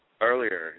Earlier